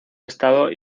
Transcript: estado